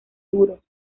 duros